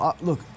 Look